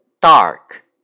Dark